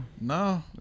No